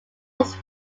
was